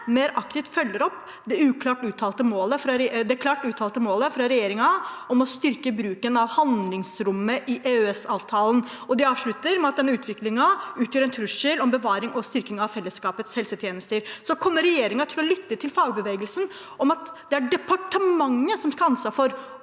spørretime 3155 det klart uttalte målet fra regjeringen om å styrke bruken av handlingsrommet i EØS-avtalen.» Og de avslutter med at denne utviklingen utgjør en trussel mot bevaring og styrking av fellesskapets helsetjenester. Kommer regjeringen til å lytte til fagbevegelsen om at det er departementet som skal ha